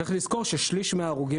צריך לזכור ששליש מההרוגים